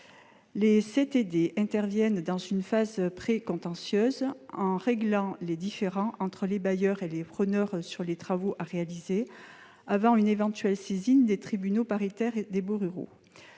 comités interviennent dans une phase précontentieuse, en réglant les différends entre bailleurs et preneurs sur les travaux à réaliser, avant une éventuelle saisine des tribunaux paritaires des baux ruraux.